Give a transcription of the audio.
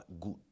Good